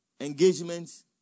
engagements